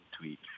tweet